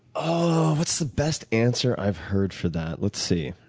ah what's the best answer i've heard for that? let's see.